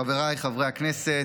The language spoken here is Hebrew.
חבריי חברי הכנסת,